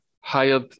hired